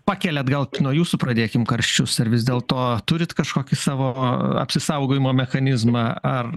pakeliat gal nuo jūsų pradėkim karščius ar vis dėlto turit kažkokį savo apsisaugojimo mechanizmą ar